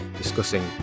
discussing